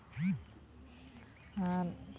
ᱟᱨ